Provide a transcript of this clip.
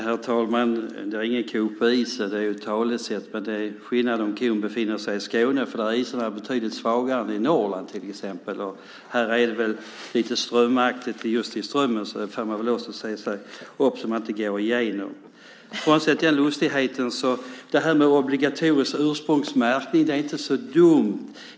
Herr talman! "Det är ingen ko på isen" är ett talesätt. Men det är skillnad om kon befinner sig i Skåne, för där är isarna betydligt svagare än i Norrland till exempel. Och här är det väl lite strömt. Just i Strömmen får man väl också se upp så att man inte går igenom. Frånsett den lustigheten vill jag säga att obligatorisk ursprungsmärkning inte är så dumt.